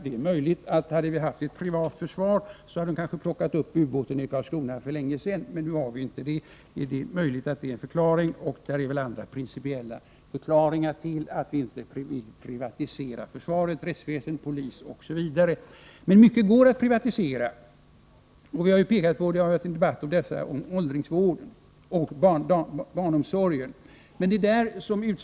Det är möjligt att man, om vi haft ett privat försvar, hade fått upp ubåten utanför Karlskrona för länge sedan. Men nu har vi inte ett privat försvar, och det finns andra, principiella förklaringar till att vi inte vill privatisera försvaret, rättsväsendet, polisen osv. Men mycket går att privatisera. Vi har pekat på åldringsvården och barnomsorgen, och det har varit en debatt om detta.